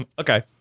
Okay